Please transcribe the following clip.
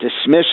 dismiss